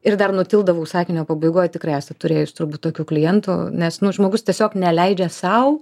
ir dar nutildavau sakinio pabaigoj tikriausiai turėjus turbūt tokių klientų nes nu žmogus tiesiog neleidžia sau